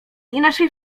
inaczej